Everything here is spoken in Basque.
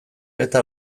eta